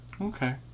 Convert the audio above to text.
okay